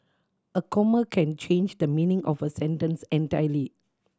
a comma can change the meaning of a sentence entirely